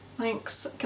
Thanks